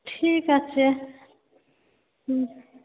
ঠিক আছে হুম